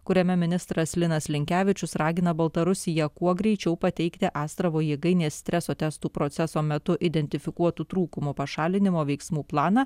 kuriame ministras linas linkevičius ragina baltarusiją kuo greičiau pateikti astravo jėgainės streso testų proceso metu identifikuotų trūkumų pašalinimo veiksmų planą